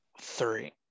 Three